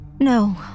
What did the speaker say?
No